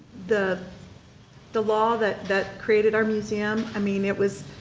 the the law that that created our museum, i mean it was